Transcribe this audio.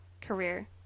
career